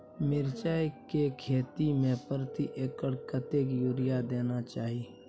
मिर्चाय के खेती में प्रति एकर कतेक यूरिया देना चाही?